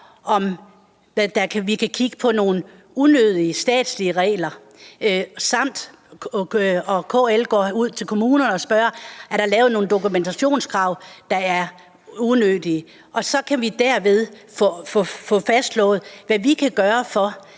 om der er nogle unødige statslige regler. Desuden går KL ud til kommunerne og spørger, om der er lavet nogle dokumentationskrav, der er unødige. Derved kan vi få fastslået, hvad vi kan gøre, for